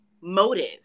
motive